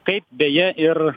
kaip beje ir